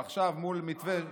ועכשיו מול מתווה --- פרלמנטרית.